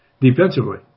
defensively